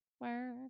work